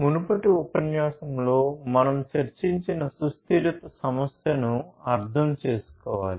మునుపటి ఉపన్యాసంలో మనం చర్చించిన సుస్థిరత సమస్యను అర్థం చేసుకోవాలి